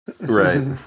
Right